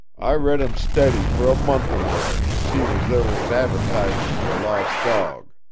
i read em steady for a month or more, to see was there was adv'tisement fer a lost dawg.